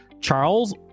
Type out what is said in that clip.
Charles